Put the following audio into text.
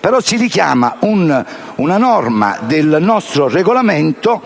però si richiama una norma del nostro Regolamento